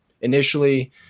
initially